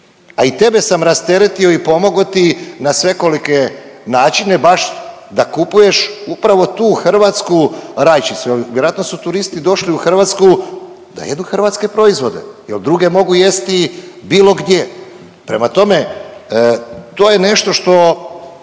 A i tebe sam rasteretio i pomogao ti na svekolike načine baš da kupuješ upravo tu hrvatsku rajčicu jer vjerojatno su turisti došli u Hrvatsku da jedu hrvatske proizvode jer druge mogu jesti bilo gdje. Prema tome, to je nešto što